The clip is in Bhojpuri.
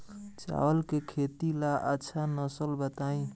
चावल के खेती ला अच्छा नस्ल बताई?